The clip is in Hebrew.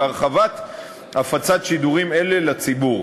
ובהרחבת הפצת שידורים אלה לציבור.